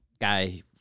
guy